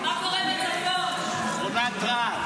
רק ראש